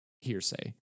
hearsay